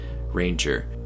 Ranger